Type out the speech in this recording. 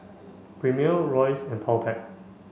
Premier Royce and Powerpac